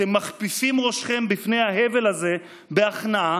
אתם מכפיפים ראשכם בפני ההבל הזה בהכנעה,